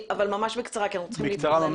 אבל ממש בקצרה כי אנחנו צריכים להתקדם.